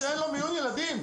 שאין לו מיון ילדים.